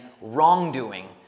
wrongdoing